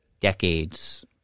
decades